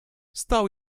stał